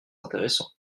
intéressant